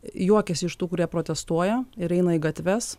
juokiasi iš tų kurie protestuoja ir eina į gatves